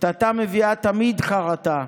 קטטה מביאה תמיד חרטה.